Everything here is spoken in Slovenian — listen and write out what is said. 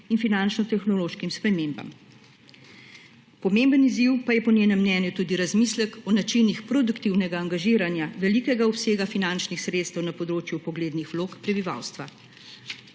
in finančno tehnološkim spremembam. Pomemben izziv pa je po njenem mnenju tudi razmislek o načinih produktivnega angažiranja velikega obsega finančnih sredstev na področju vpoglednih vlog prebivalstva.